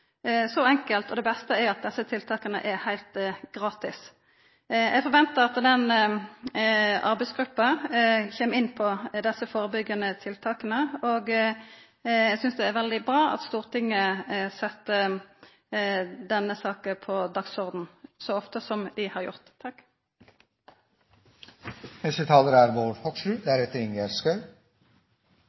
Så enkelt – og det beste er at desse tiltaka er heilt gratis! Eg forventar at arbeidsgruppa kjem inn på desse førebyggjande tiltaka, og eg synest det er veldig bra at Stortinget set denne saka på dagsordenen så ofte som dei har gjort. Mange vil vel kanskje si at nordmenn er